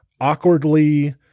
awkwardly